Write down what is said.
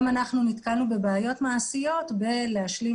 גם אנחנו נתקלנו בבעיות מעשיות ולהשלים